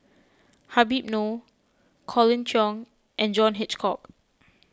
Habib Noh Colin Cheong and John Hitchcock